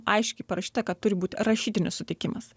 aiškiai parašyta kad turi būti rašytinis sutikimas